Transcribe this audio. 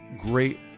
great